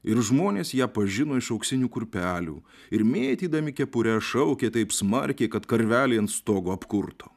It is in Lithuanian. ir žmonės ją pažino iš auksinių kurpelių ir mėtydami kepures šaukė taip smarkiai kad karveliai ant stogo apkurto